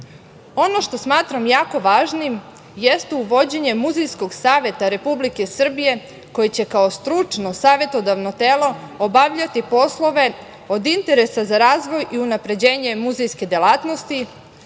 Ono što smatram jako važnim jeste uvođenje Muzejskog Saveta Republike Srbije, koji će kao stručno savetodavno telo obavljati poslove od interesa za razvoj i unapređenje muzejske delatnosti,